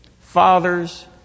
Fathers